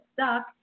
stuck